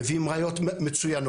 מביאים ראיות מצוינות,